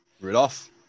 Rudolph